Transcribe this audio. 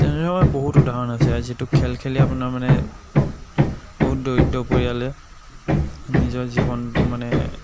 তেনেধৰ মানে বহুত উদাহৰণ আছে যিটো খেল খেলি আপোনাৰ মানে বহুত দৰিদ্ৰ পৰিয়ালে নিজৰ জীৱনতো মানে